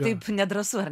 taip nedrąsu ar